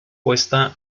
puesta